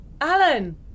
Alan